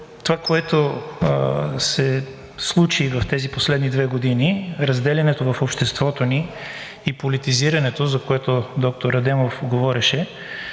това, което се случи в тези последни две години – разделянето в обществото ни и политизирането, за което доктор Адемов говореше.